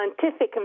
scientific